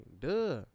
duh